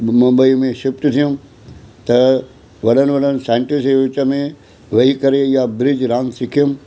मुंबईअ में शिफ्ट थियुमि त वॾनि वॾनि साइंटिस्ट जे विच में वेही करे इहा ब्रिज रांदि सिखियुमि